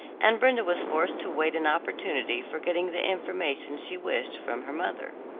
and brenda was forced to wait an opportunity for getting the information she wished from her mother.